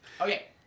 Okay